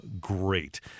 great